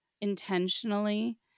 intentionally